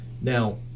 Now